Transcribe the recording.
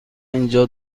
اینجا